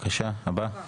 הצבעה בעד,